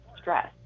stress